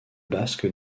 basque